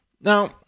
Now